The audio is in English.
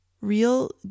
real